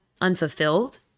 unfulfilled